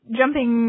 jumping